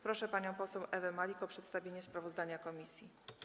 Proszę panią poseł Ewę Malik o przedstawienie sprawozdania komisji.